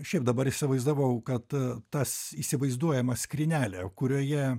šiaip dabar įsivaizdavau kad tas įsivaizduojama skrynelė kurioje